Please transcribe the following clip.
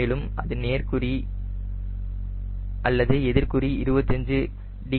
மேலும் அது நேர்குறி அல்லது எதிர்க்குறி 25 டிகிரி இருக்குமா இருக்காதா